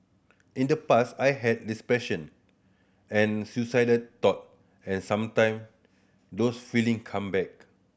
in the past I had depression and suicidal thought and sometime those feeling come back